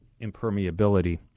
impermeability